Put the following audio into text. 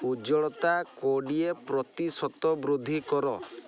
ଉଜ୍ଜ୍ୱଳତା କୋଡ଼ିଏ ପ୍ରତିଶତ ବୃଦ୍ଧି କର